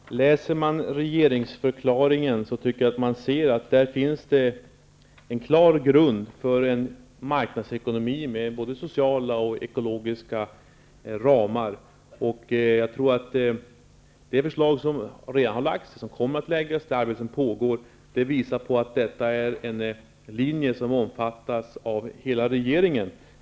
Herr talman! Läser man regeringsförklaringen ser man, tycker jag, att det där finns en klar grund för en marknadsekonomi med både sociala och ekologiska ramar. Jag tror att de förslag som redan har lagts fram och de som kommer att läggas fram -- det arbete som pågår -- visar att detta är en uppfattning som omfattas av hela regeringen.